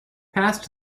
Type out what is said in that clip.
past